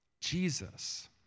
Jesus